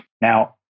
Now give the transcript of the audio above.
Now